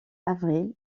avril